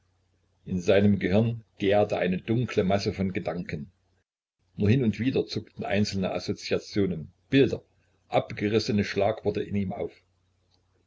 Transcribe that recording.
in seinem gehirn gärte eine dunkle masse von gedanken nur hin und wieder zuckten einzelne assoziationen bilder abgerissene schlagworte in ihm auf